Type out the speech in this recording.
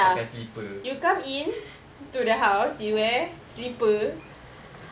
pakai slipper